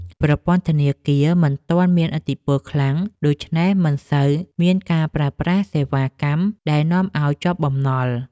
ប្រព័ន្ធធនាគារមិនទាន់មានឥទ្ធិពលខ្លាំង ដូច្នេះមិនសូវមានការប្រើប្រាស់សេវាកម្ចីដែលនាំឱ្យជាប់បំណុល។